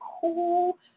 cool